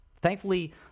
Thankfully